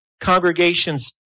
congregations